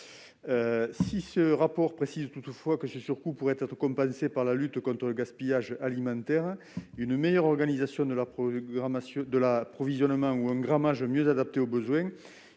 Si ce rapport précise, toutefois, que ce surcoût pourrait être compensé par la lutte contre le gaspillage alimentaire, une meilleure organisation de la programmation de l'approvisionnement ou un grammage mieux adapté aux besoins,